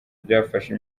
byafashe